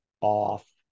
off